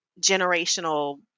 generational